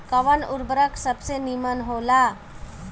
कवन उर्वरक सबसे नीमन होला?